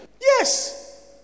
yes